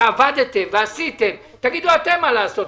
שעבדתם ועשיתם, תגידו אתם מה לעשות.